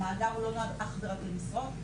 המאגר לא נועד אך ורק למשרות,